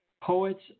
Poets